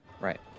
Right